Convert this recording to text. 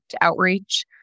outreach